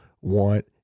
want